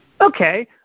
Okay